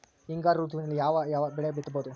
ಹಿಂಗಾರು ಋತುವಿನಲ್ಲಿ ಯಾವ ಯಾವ ಬೆಳೆ ಬಿತ್ತಬಹುದು?